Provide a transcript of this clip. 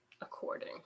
according